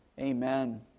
Amen